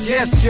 Yes